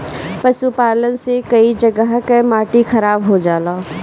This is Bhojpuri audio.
पशुपालन से कई जगह कअ माटी खराब हो जाला